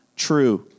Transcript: true